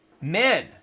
Men